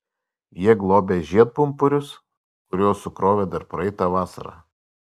jie globia žiedpumpurius kuriuos sukrovė dar praeitą vasarą